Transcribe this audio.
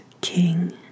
King